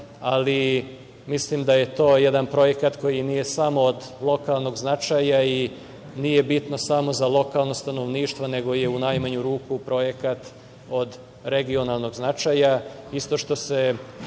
Mislim da je to jedan projekat koji nije samo od lokalnog značaja i nije bitan samo za lokalno stanovništvo, nego je u najmanju ruku projekat od regionalnog značaja. Isto